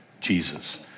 Jesus